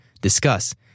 discuss